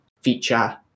feature